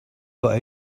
got